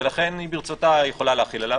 ולכן ברצותה היא יכולה להחיל עליו,